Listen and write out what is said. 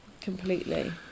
Completely